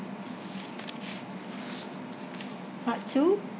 part two